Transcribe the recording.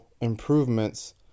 improvements